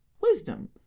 wisdom